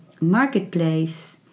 marketplace